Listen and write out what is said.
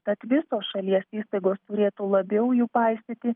tad visos šalies įstaigos turėtų labiau jų paisyti